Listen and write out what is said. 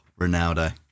Ronaldo